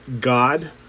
God